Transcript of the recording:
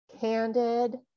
candid